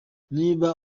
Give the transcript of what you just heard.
niba